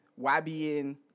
YBN